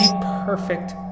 perfect